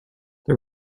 the